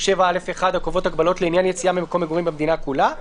7(א)(1) הקובעות הגבלות לעניין יציאה ממקום המגורים במדינה כולה.